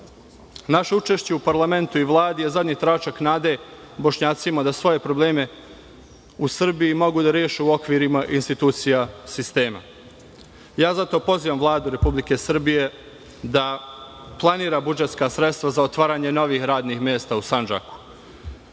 Naše učešće u parlamentu i Vladi je zadnji tračak nade Bošnjacima da svoje probleme u Srbiji mogu da reše u okvirima institucija sistema. Zato pozivam Vladu Republike Srbije da planira budžetska sredstva za otvaranje novih radnih mesta u Sandžaku